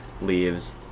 leaves